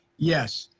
yes.